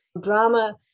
Drama